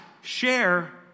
share